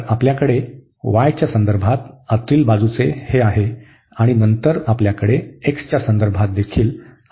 तर आपल्याकडे y च्या संदर्भात आतील बाजूचे हे आहे आणि नंतर आपल्याकडे x च्या संदर्भात देखील आहे